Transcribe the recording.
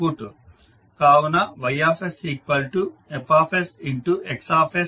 కావున Ys FsX అవుతుంది